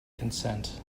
consent